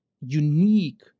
unique